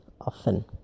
often